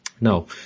no